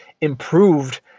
improved